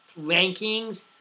rankings